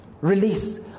release